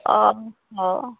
ଓ ହ